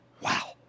Wow